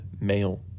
male